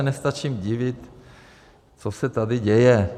Nestačím se divit, co se tady děje.